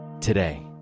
today